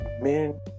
men